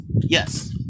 Yes